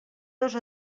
dos